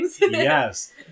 Yes